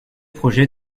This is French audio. projets